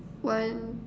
one two